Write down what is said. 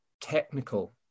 technical